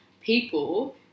people